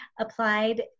applied